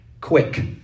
quick